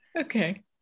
Okay